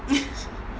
but